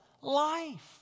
life